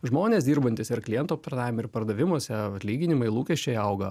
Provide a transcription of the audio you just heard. žmonės dirbantys ir klientų aptarnavime ir pardavimuose atlyginimai lūkesčiai auga